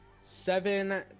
Seven